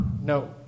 No